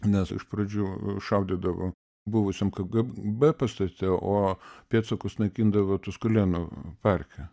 nes iš pradžių šaudydavo buvusiam kgb pastate o pėdsakus naikindavo tuskulėnų parke